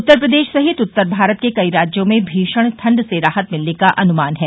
उत्तर प्रदेश सहित उत्तर भारत के कई राज्यों में भीषण ठंड से राहत मिलने का अनुमान है